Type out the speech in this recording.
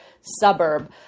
suburb